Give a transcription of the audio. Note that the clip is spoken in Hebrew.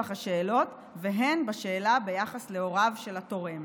השאלות והן בשאלה ביחס להוריו של התורם.